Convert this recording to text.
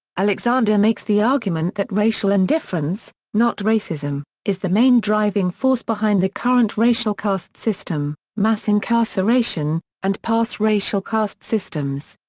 alexander makes the argument that racial indifference, not racism, is the main driving force behind the current racial caste system, mass incarceration, and past racial caste systems.